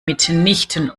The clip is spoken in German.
mitnichten